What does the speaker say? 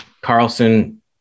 Carlson